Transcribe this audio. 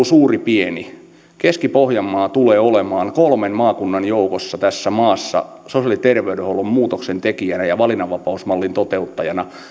suuri pieni keskustelussa keski pohjanmaa tulee olemaan kolmen maakunnan joukossa tässä maassa sosiaali ja terveydenhuollon muutoksen tekijänä ja valinnanvapausmallin toteuttajana